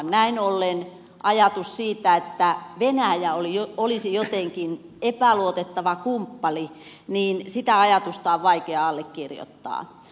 näin ollen ajatusta siitä että venäjä olisi jotenkin epäluotettava kumppani on vaikea allekirjoittaa